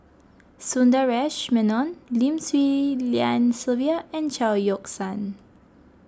Sundaresh Menon Lim Swee Lian Sylvia and Chao Yoke San